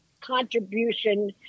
contribution